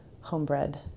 homebred